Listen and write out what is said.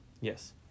Yes